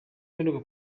mperuka